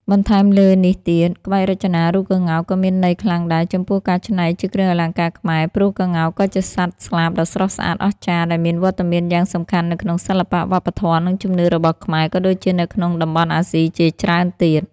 បន្ថែមលើនេះទៀត ក្បាច់រចនារូបក្ងោកក៏មានន័យខ្លាំងដែរចំពោះការច្នៃជាគ្រឿងអលង្ការខ្មែរ ព្រោះក្ងោក គឺជាសត្វស្លាបដ៏ស្រស់ស្អាតអស្ចារ្យ ដែលមានវត្តមានយ៉ាងសំខាន់នៅក្នុងសិល្បៈ វប្បធម៌ និងជំនឿរបស់ខ្មែរ ក៏ដូចជានៅក្នុងតំបន់អាស៊ីជាច្រើនទៀត។